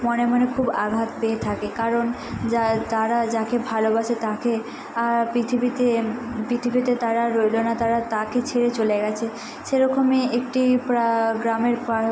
মনে মনে খুব আঘাত পেয়ে থাকে কারণ যারা তারা যাকে ভালোবাসে তাকে পৃথিবীতে পৃথিবীতে তারা আর রইলো না তারা তাকে ছেড়ে চলে গেছে সেরকমই একটি প্রা গ্রামের প্রা